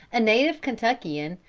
a native kentuckian,